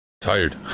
Tired